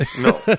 No